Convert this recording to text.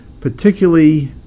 particularly